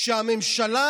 כדי שהממשלה,